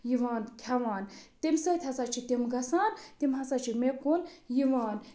یِوان کھٮ۪وان تَمہِ سۭتۍ ہَسا چھِ تِم گژھان تِم ہَسا چھِ مےٚ کُن یِوان